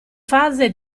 fase